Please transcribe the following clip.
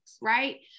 right